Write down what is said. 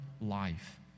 life